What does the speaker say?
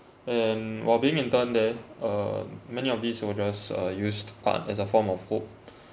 and while being interned there uh many of these soldiers uh used art as a form of hope